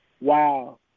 wow